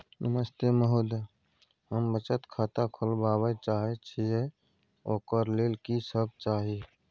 नमस्ते महोदय, हम बचत खाता खोलवाबै चाहे छिये, ओकर लेल की सब चाही?